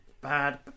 bad